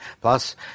plus